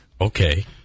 Okay